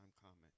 comment